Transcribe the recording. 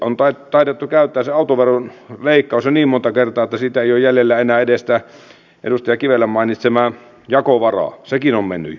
on taidettu käyttää se autoveron leikkaus jo niin monta kertaa että siitä ei ole jäljellä enää edes sitä edustaja kivelän mainitsemaa jakovaraa sekin on mennyt jo juurimultineen